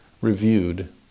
reviewed